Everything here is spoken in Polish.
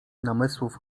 namysłów